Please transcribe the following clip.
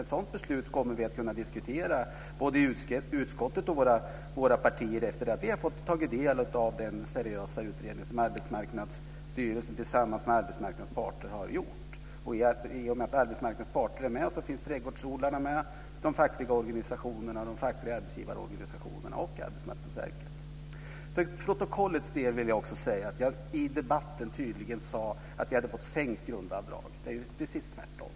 Ett sådant beslut kommer vi att kunna diskutera både i utskottet och i våra partier efter det att vi har fått ta del av den seriösa utredning som Arbetsmarknadsstyrelsen tillsammans med arbetsmarknadens parter har gjort. I och med att arbetsmarknadens parter finns med, så finns trädgårdsodlarna, de fackliga organisationerna, de fackliga arbetsgivarorganisationerna och Arbetsmarknadsverket med. För protokollets del vill jag också säga att jag i debatten tydligen sade att vi hade fått sänkt grundavdrag. Det är ju precis tvärtom.